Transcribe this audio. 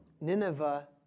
Nineveh